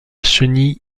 chenille